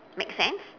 makes sense